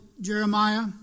Jeremiah